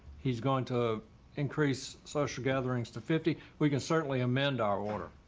he's going to increase social gatherings to fifty. we can certainly amend our order.